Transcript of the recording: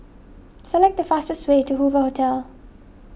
select the fastest way to Hoover Hotel